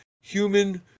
human